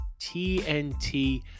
TNT